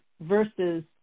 versus